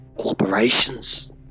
corporations